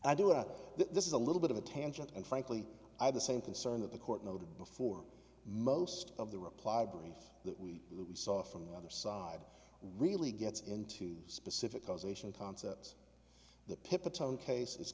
that this is a little bit of a tangent and frankly i have the same concern that the court noted before most of the reply brief that we we saw from the other side really gets into specific causation concepts the pipa time case is